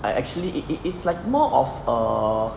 I actually it it is like more of err